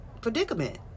predicament